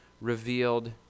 revealed